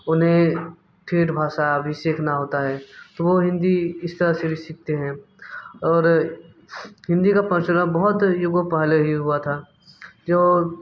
उन्हें ठेठ भाषा भी सीखना होता है तो वो हिंदी इस तरह से भी सीखते हैं और हिंदी का प्रचलन बहुत युगों पहले ही हुआ था जो